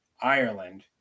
Ireland